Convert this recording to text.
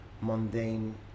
mundane